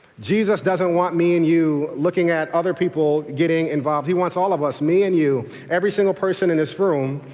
jesus doesn't want me and you looking at other people getting involved. he wants all of us, me and you, every single person in this room,